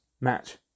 match